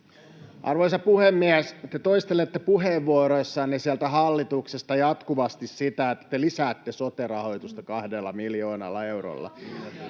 Arvoisa puhemies! Te toistelette puheenvuoroissanne sieltä hallituksesta jatkuvasti sitä, että te lisäätte sote-rahoitusta kahdella miljoonalla eurolla.